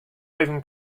even